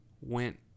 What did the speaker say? went